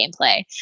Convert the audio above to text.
gameplay